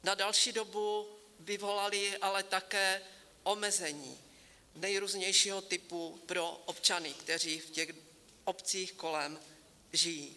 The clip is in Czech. Na další dobu vyvolaly ale také omezení nejrůznějšího typu pro občany, kteří v těch obcích kolem žijí.